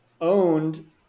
owned